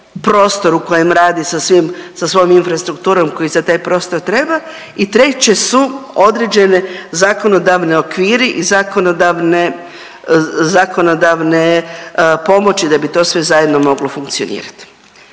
u kojem rade sa svim, sa svom infrastrukturom koji za taj prostor treba i treće su određene zakonodavni okviri i zakonodavne, zakonodavne pomoći da bi to sve zajedno moglo funkcionirati.